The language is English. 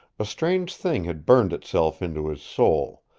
a strange thing had burned itself into his soul,